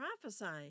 prophesying